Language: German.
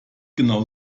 genau